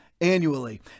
annually